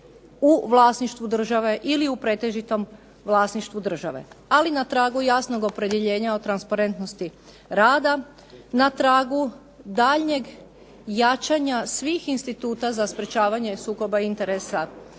u vlasništvu države ili u pretežitom vlasništvu države. Ali na tragu jasnog opredjeljenja o transparentnosti rada, na tragu daljnjeg jačanja svih instituta za sprečavanje sukoba interesa